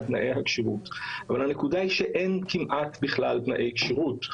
תנאי הכשירות אבל הנקודה היא שאין כמעט בכלל תנאי כשירות.